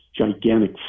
gigantic